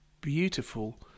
beautiful